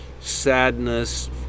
sadness